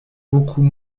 beaucoup